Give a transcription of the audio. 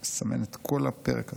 אני אסמן את כל הפרק הזה.